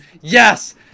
Yes